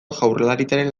jaurlaritzaren